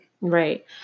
right